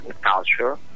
culture